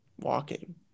walking